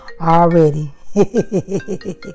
already